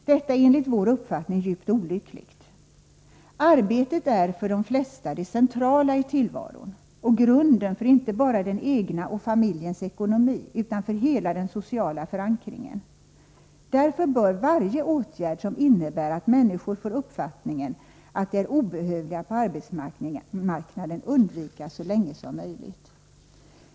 Detta är enligt vår uppfattning djupt olyckligt. Arbetet är för de flesta det centrala i tillvaron och grunden för inte bara den egna och familjens ekonomi utan för hela den sociala förankringen. Därför bör varje åtgärd som innebär att människor får uppfattningen att de är obehövliga på arbetsmarknaden undvikas så länge som möjligt.